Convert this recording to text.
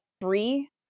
three